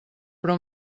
però